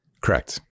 Correct